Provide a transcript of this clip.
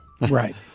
right